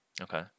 Okay